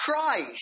Christ